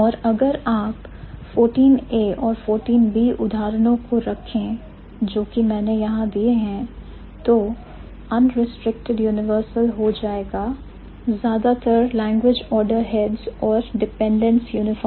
और अगर आप 14a और 14b उदाहरणों को रखें जो कि मैंने यहां दिए हैं तो unrestricted universal हो जाएगा की ज्यादातर languge order heads और dependents uniformly